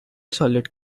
solid